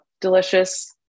delicious